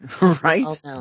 Right